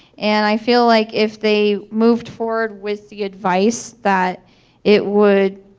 and i feel like if they move forward with the advice that it would